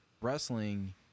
wrestling